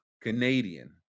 Canadian